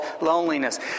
loneliness